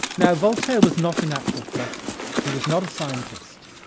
now voltaire was not an actual philosopher, he was not a scientist,